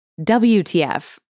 WTF